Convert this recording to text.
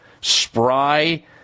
Spry